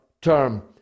term